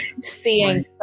seeing